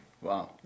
Wow